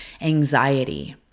anxiety